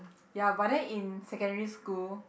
ya but then in secondary school